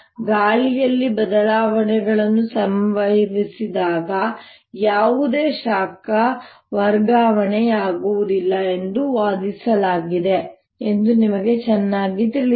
ಗಾಳಿಯಲ್ಲಿ ಬದಲಾವಣೆಗಳು ಸಂಭವಿಸಿದಾಗ ಯಾವುದೇ ಶಾಖ ವರ್ಗಾವಣೆಯಾಗುವುದಿಲ್ಲ ಎಂದು ವಾದಿಸಲಾಗಿದೆ ಎಂದು ನಿಮಗೆ ಚೆನ್ನಾಗಿ ತಿಳಿದಿದೆ